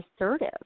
assertive